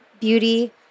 beauty